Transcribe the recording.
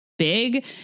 big